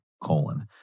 colon